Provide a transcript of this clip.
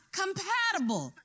compatible